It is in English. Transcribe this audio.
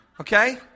Okay